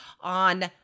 on